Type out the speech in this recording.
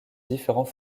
différents